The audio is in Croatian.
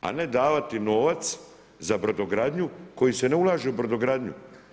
A ne davati novac za brodogradnju koji se ne ulaže u brodogradnju.